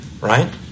right